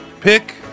pick